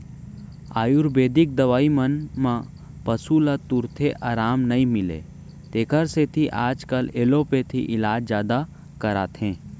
आयुरबेदिक दवई मन म पसु ल तुरते अराम नई मिलय तेकर सेती आजकाल एलोपैथी इलाज जादा कराथें